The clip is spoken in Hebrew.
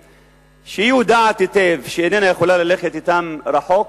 שהיא יודעת היטב שהיא איננה יכולה ללכת אתם רחוק,